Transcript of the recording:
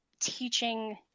teaching